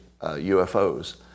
UFOs